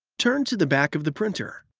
turn to the back of the printer.